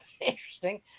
interesting